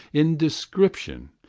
in description,